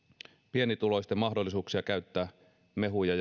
pienituloisten mahdollisuuksia käyttää mehuja